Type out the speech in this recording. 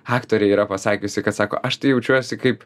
aktorė yra pasakiusi kad sako aš tai jaučiuosi kaip